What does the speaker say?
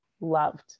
loved